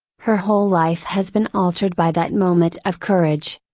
her whole life has been altered by that moment of courage.